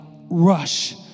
rush